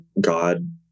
god